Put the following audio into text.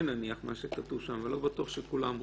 מה כתוב שם אבל לא בטוח שכולם רואים.